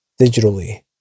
digitally